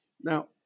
Now